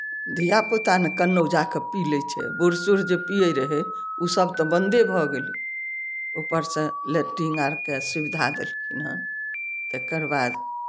धियापुता ने केन्नहु जा कऽ पी लै छथि बूढ़ सूढ़ जे पियै रहय ओसभ तऽ बन्दे भऽ गेलै ऊपरसँ लैट्रीन आरके सुविधा देलखिन हेँ तकर बाद